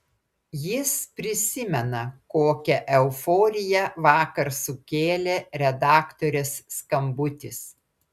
jis prisimena kokią euforiją vakar sukėlė redaktorės skambutis